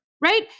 right